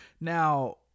Now